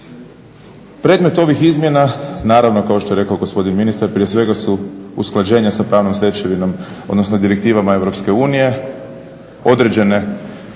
Predmet ovih izmjena, naravno kao što je rekao gospodin ministar, prije svega su usklađenja sa pravnom stečevinom, odnosno direktivama EU određene